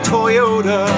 Toyota